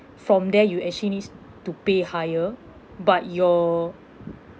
from there you actually needs to pay higher but your